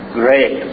great